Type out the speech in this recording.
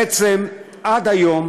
בעצם, עד היום